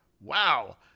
wow